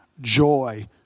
joy